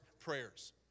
prayers